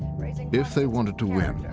if they wanted to win,